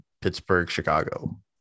Pittsburgh-Chicago